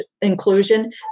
inclusion